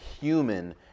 human